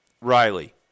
Riley